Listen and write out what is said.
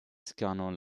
canons